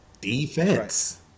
Defense